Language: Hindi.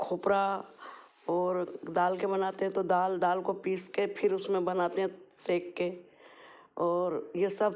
खोपरा और दाल के बनाते तो दाल दाल को पीस के फिर उसमें बनाते हैं सेक के और ये सब